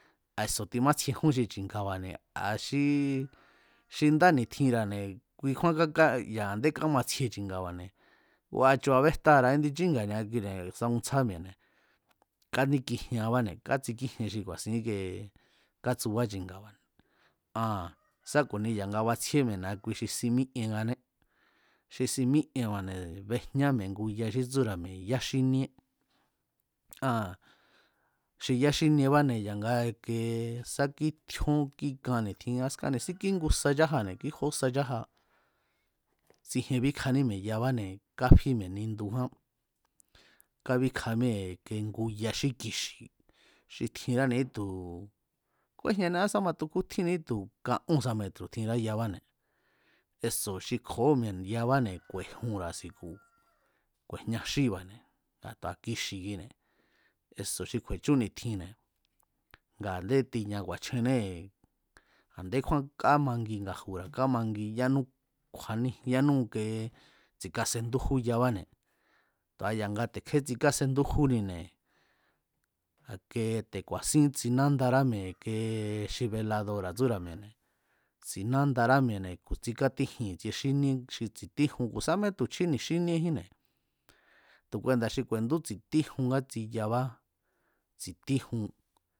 A̱ eso̱ timatsjiejún xi chi̱nga̱ba̱ne̱ a̱ xi ndá ni̱tjinra̱ne̱ kuikjúán káká ya̱ a̱ndé kámatsjie chi̱nga̱ba̱ne̱ ngu a̱chu̱ bejtaa̱ra̱ ndi chínga̱ba̱ ni̱a kuine̱ ya̱ sakuntsjá mi̱e̱ ni̱síkui, káníkijiean báne̱ kátsikíjien xi ku̱a̱sin íkie kátsubá chi̱nga̱ba̱ne̱ aa̱n sá ku̱ni ya̱nga batsjíé mi̱e̱ ni̱a xi si mík'ieanné xi si mík'ienba̱ne̱ bejña mi̱e̱ ngu ya xí tsúra̱mi̱e̱ yá xíníé aa̱n xi yá xíniebáne̱ ya̱nga ike sá kí tjíón kí kan ni̱tjin kjiñá sakn ni̱sí kíngu sa chájane̱ kí jó sa chája tsijien bíkjaní mi̱e̱ yabáne̱ káfi mi̱e̱ nindujá kábíkja míée̱ i̱ke ngu ya xí kixi̱ xi tjinrá ni̱ítu̱, kúejñaniá sá matu kútjín ni̱ítu̱ ka'ónsa metro̱ tjinrá yabáne̱ eso̱ xi kjo̱óo̱ mi̱e̱ yabáne̱ ku̱e̱junra̱ si̱ku̱ ku̱e̱jña xíba̱ne̱ a tu̱a kixi̱ kjine̱ eso̱ xi kju̱e̱chú ni̱tjinne̱ nga a̱ndé tiña ku̱a̱chjennée̱, a̱ndé kjúán kámangi nga̱ju̱ra̱ kámangi yanú kju̱a̱ní yánú ike tsi̱kasendújú yabáne̱ tu̱a ya̱nga te̱kje tsikásendújúnine̱ a̱ke te̱ ku̱a̱sín tsinándará mi̱e̱ e̱kee xi beladora̱ tsúra̱ mi̱e̱ne̱, tsinándará mi̱e̱ne̱ tsikátíjin i̱tsie xíníé xi tsi̱tíjun ku̱ sámé tu̱ chji ni̱ xíníejínne̱ tu̱ kuendá xi ku̱e̱ndú tsi̱tíjun ngátsi yabá tsi̱tíjun eso̱